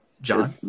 john